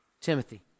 Timothy